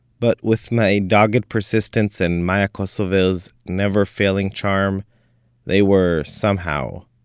but, with my dogged persistence and maya kosover's never-failing charm they were, somehow,